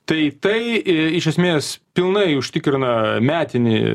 tai tai į iš esmės pilnai užtikrina metinį